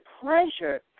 pleasure